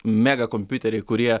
mega kompiuteriai kurie